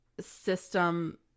system